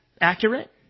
accurate